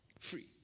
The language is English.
free